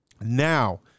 Now